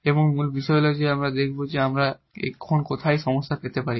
এবং মূল বিষয় হল আমরা দেখব যে আমরা এখন কোথায় সমস্যা পেতে পারি